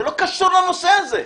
קשור לנושא הזה.